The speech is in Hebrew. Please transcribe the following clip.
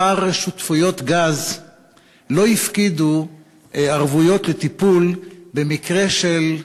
כמה שותפויות גז לא הפקידו ערבויות לטיפול במקרה של,